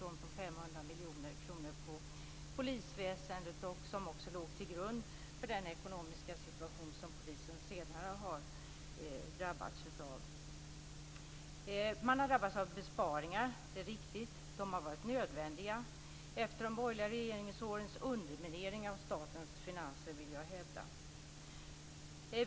Det var 500 miljoner kronor som sparades på polisväsendet, och det låg också till grund för den ekonomiska situation som polisen senare har drabbats av. Man har drabbats av besparingar, det är riktigt. De har varit nödvändiga efter de borgerliga regeringsårens underminering av statens finanser, vill jag hävda.